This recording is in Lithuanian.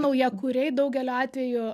naujakuriai daugeliu atvejų